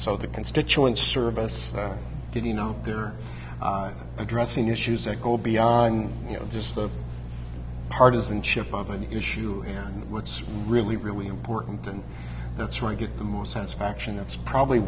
so the constituent service getting out there addressing issues that go beyond you know just the partisanship of an issue and what's really really important and that's right get the most satisfaction that's probably